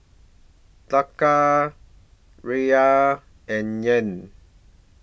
Taka Riyal and Yuan